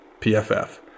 PFF